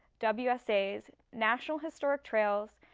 wsa's, natural historic trails,